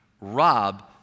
Rob